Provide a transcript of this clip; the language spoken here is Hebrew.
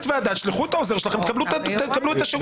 ועדה תשלחו את העוזר שלכם ותקבלו את השירות הכי טוב שיש.